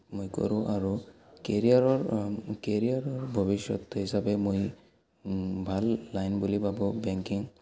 মই কৰোঁ আৰু কেৰিয়াৰৰ কেৰিয়াৰৰ ভৱিষ্যত হিচাপে মই ভাল লাইন বুলি ভাবোঁ বেংকিং